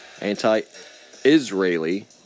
anti-Israeli